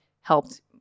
helped